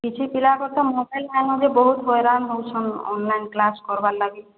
କିଛି ପିଲା ପାଖେ ତ ମୋବାଇଲ୍ ନାହିଁ ଯେ ବହୁତ୍ ହଇରାଣ ହଉଛନ୍ ଅନ୍ଲାଇନ୍ କ୍ଲାସ୍ କର୍ବା ଲାଗି